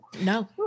No